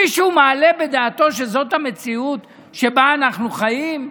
מישהו מעלה בדעתו שזאת המציאות שבה אנחנו חיים,